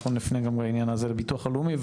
אנחנו נפנה גם בעניין הזה לביטוח לאומי,